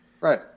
Right